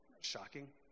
Shocking